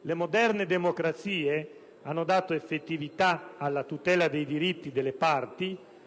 Le moderne democrazie hanno dato effettività alla tutela dei diritti delle parti